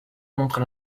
montrent